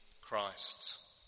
Christ